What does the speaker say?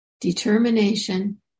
determination